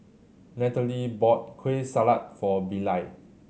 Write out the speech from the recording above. Natalie bought Kueh Salat for Bilal